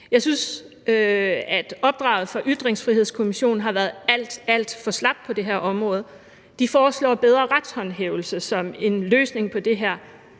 Jeg synes, opdraget for Ytringsfrihedskommissionen har været alt, alt for slapt på det her område. De foreslår bedre retshåndhævelse som en løsning på det her.